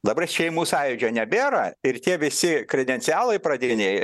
dabar šeimų sąjūdžio nebėra ir tie visi kredencialai pradiniai